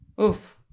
oof